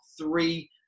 three